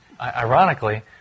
ironically